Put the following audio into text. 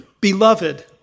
beloved